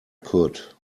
could